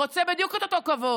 הוא רוצה בדיוק את אותו כבוד.